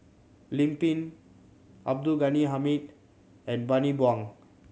Lim Pin Abdul Ghani Hamid and Bani Buang